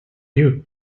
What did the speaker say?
you